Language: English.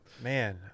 man